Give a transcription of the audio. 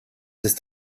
ist